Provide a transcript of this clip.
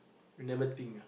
you never think ah